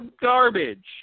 garbage